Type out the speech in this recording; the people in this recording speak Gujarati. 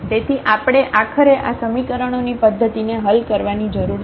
તેથી આપણે આખરે આ સમીકરણોની પદ્ધતિને હલ કરવાની જરૂર છે